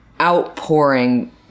outpouring